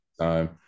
time